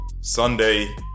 Sunday